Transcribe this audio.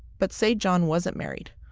but say john wasn't married,